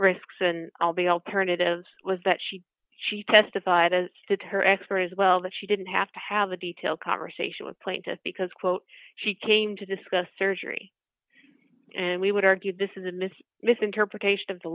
risks and all the alternatives was that she she testified as to her expertise well that she didn't have to have a detailed conversation with plaintiff because quote she came to discuss surgery and we would argue this is a mis misinterpretation of the